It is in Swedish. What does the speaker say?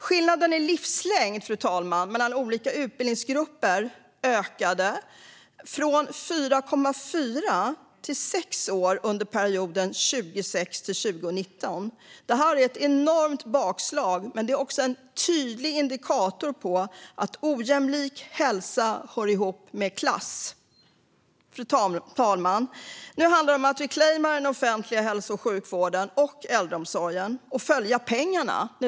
Skillnaden i livslängd mellan olika utbildningsgrupper ökade från 4,4 år till 6 år under perioden 2006-2019. Det är ett enormt bakslag, men det är också en tydlig indikator på att ojämlik hälsa hör ihop med klass. Fru talman! Nu handlar det om att reclaima den offentliga hälso och sjukvården och äldreomsorgen och följa pengarna.